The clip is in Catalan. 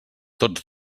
tots